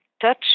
touch